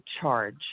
charge